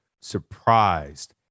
surprised